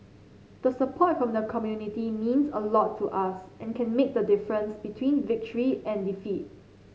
the support from the community means a lot to us and can make the difference between victory and defeat